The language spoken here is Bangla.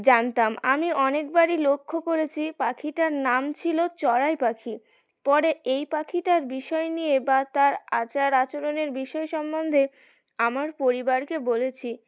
জানতাম আমি অনেকবারই লক্ষ্য করেছি পাখিটার নাম ছিল চড়াই পাখি পরে এই পাখিটার বিষয় নিয়ে বা তার আচার আচরণের বিষয় সম্বন্ধে আমার পরিবারকে বলেছি